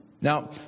Now